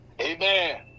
Amen